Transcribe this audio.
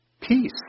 Peace